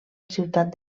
ciutat